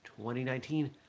2019